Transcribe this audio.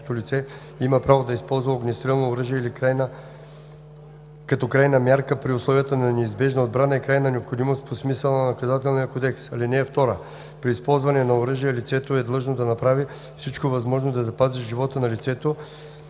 (2) При използване на оръжие лицето е длъжно да направи всичко възможно да запази живота на лицето,